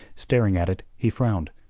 staring at it, he frowned.